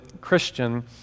christian